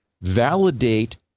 Validate